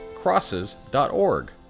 Crosses.org